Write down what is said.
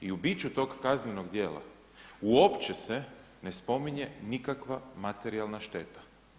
I u biću tog kaznenog djela uopće se ne spominje nikakva materijalna šteta.